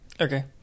Okay